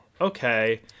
okay